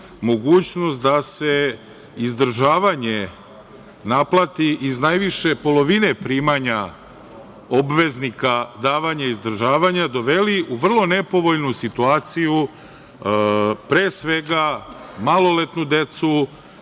mogućnost da se izdržavanje naplati iz najviše polovine primanja obveznika davanja izdržavanja, doveli u vrlo nepovoljnu situaciju pre svega maloletnu decu,